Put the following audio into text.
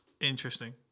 interesting